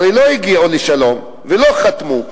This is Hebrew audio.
הרי לא הגיעו לשלום ולא חתמו,